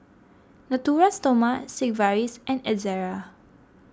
Natura Stoma Sigvaris and Ezerra